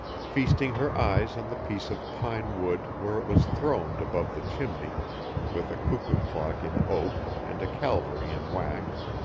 feasting her eyes on the piece of pine wood where it was throned above the chimney with a cuckoo clock in oak and a calvary in wax.